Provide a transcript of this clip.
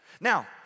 Now